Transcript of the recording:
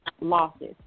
losses